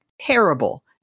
terrible